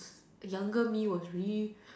younger me was really